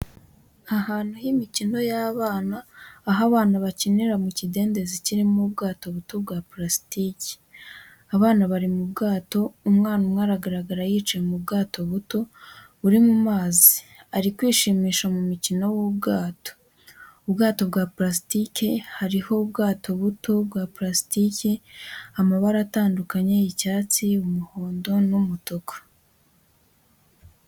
Ahantu h'imikino y'abana, aho abana bakinira mu kidendezi kirimo ubwato buto bwa purasitiki. Abana bari mu bwato, umwana umwe aragaragara yicaye mu bwato buto, buri mu mazi ari kwishimisha mu mukino w’ubwato. Ubwato bwa purasitiki, hariho ubwato buto bwa purasitiki, amabara atandukanye, icyatsi, umuhondo n'umutuku.